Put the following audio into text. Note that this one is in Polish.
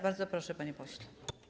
Bardzo proszę, panie pośle.